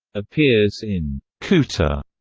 appears in cooter,